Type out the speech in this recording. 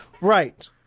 right